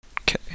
okay